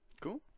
Cool